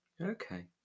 Okay